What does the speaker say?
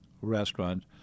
restaurant